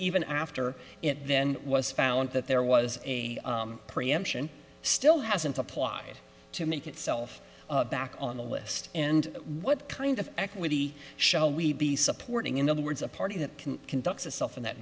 even after it then was found that there was a preemption still hasn't applied to make itself back on the list and what kind of equity shall we be supporting in other words a party that can conduct itself in that